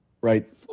right